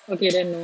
okay then no